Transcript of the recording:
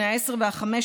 בני העשר והחמש,